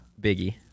Biggie